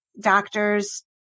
doctors